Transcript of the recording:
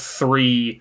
three